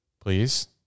please